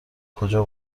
کجا